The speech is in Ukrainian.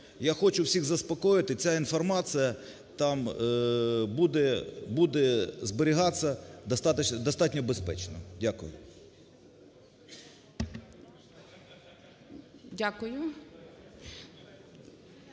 Я хочу всіх заспокоїти, ця інформація там буде зберігатися достатньо безпечно. Дякую.